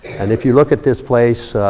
and if you look at this place